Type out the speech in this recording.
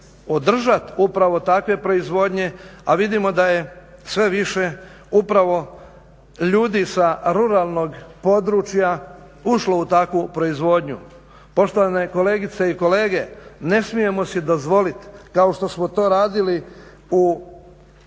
održat upravo takve proizvodnje, a vidimo da je sve više upravo ljudi sa ruralnog područja ušlo u takvu proizvodnju. Poštovane kolegice i kolege, ne smijemo si dozvolit kao što smo to radili u